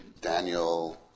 Daniel